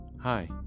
Hi